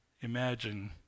Imagine